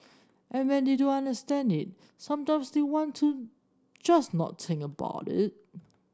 and when they don't understand it sometimes they want to just not think about it